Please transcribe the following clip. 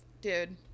dude